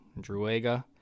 druaga